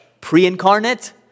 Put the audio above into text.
pre-incarnate